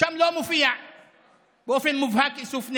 לא מופיע באופן מובהק איסוף נשק,